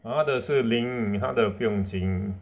ah 他的是零他的不用紧